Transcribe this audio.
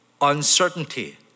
uncertainty